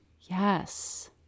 Yes